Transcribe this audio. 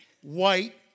white